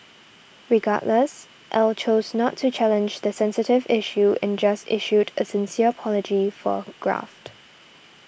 regardless Ell chose not to challenge the sensitive issue and just issued a sincere apology for graft